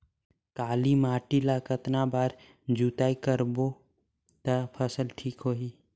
काली माटी ला कतना बार जुताई करबो ता फसल ठीक होती?